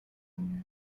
mnie